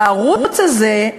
והערוץ הזה,